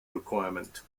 requirement